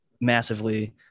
massively